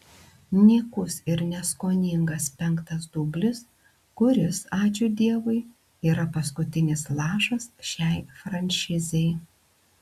nykus ir neskoningas penktas dublis kuris ačiū dievui yra paskutinis lašas šiai franšizei